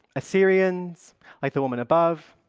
assyrians like the woman above,